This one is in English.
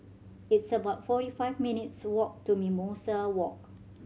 it's about forty five minutes' walk to Mimosa Walk